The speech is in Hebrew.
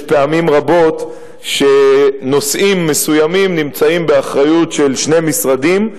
יש פעמים רבות שנושאים מסוימים נמצאים באחריות שני משרדים,